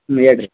ಹ್ಞೂ ಹೇಳ್ ರೀ